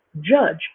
judge